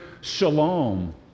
shalom